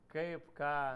kaip ką